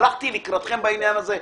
הלכתי לקראתם בעניין הזה.